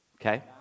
Okay